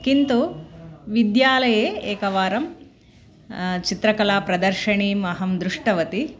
किन्तु विद्यालये एकवारं चित्रकलाप्रदर्शिनीम् अहं दृष्टवती